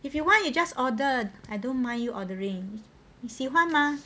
if you want you just order I don't mind you ordering 你喜欢 mah